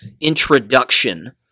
introduction